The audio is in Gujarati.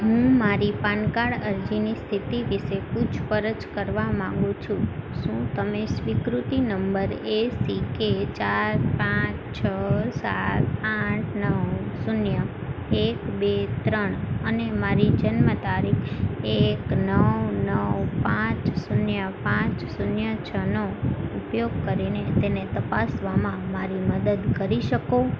હું મારી પાન કાર્ડ અરજીની સ્થિતિ વિષે પૂછપરછ કરવા માંગુ છું શું તમે સ્વીકૃતિ નંબર એસીકે ચાર પાંચ છ સાત આઠ નવ શૂન્ય એક બે ત્રણ અને મારી જન્મ તારીખ એક નવ નવ પાંચ શૂન્ય પાંચ શૂન્ય છનો ઉપયોગ કરીને તેને તપાસવામાં મારી મદદ કરી શકો